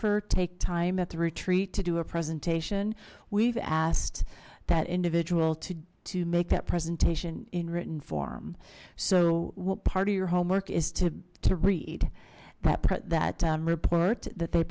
er take time at the retreat to do a presentation we've asked that individual to make that presentation in written form so what part of your homework is to to read that put that down report that they